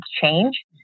change